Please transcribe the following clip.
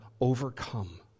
overcome